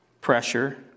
pressure